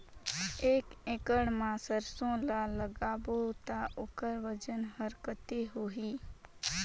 एक एकड़ मा सरसो ला लगाबो ता ओकर वजन हर कते होही?